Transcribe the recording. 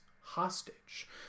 hostage